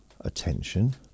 attention